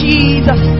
Jesus